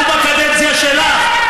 לבעיה.